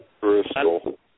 Bristol